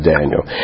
Daniel